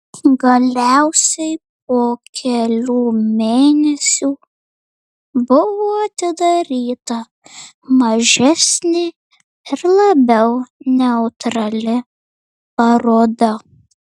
galiausiai po kelių mėnesių buvo atidaryta mažesnė ir labiau neutrali paroda